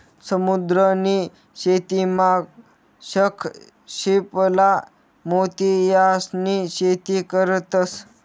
समुद्र नी शेतीमा शंख, शिंपला, मोती यास्नी शेती करतंस